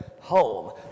home